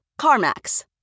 CarMax